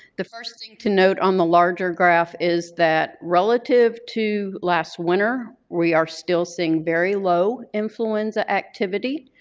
the first thing to note on the larger graph is that relative to last winter, we are still seeing very low influenza activity.